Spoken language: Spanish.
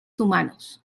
humanos